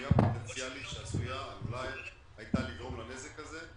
פגיעה פוטנציאלית שהייתה עלולה לגרום לנזק הזה,